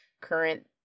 current